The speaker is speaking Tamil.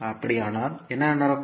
அப்படியானால் என்ன நடக்கும்